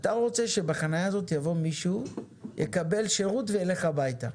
אתה רוצה שבחניה הזאת יבוא מישהו יקבל שירות וילך הביתה,